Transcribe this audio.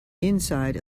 inside